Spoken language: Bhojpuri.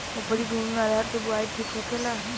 उपरी भूमी में अरहर के बुआई ठीक होखेला?